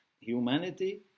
humanity